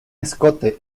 escote